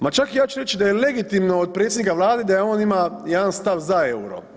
Ma čak i ja ću reći da je legitimno od predsjednika vlade da on ima jedan stav za EUR-a.